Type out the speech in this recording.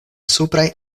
supraj